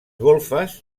golfes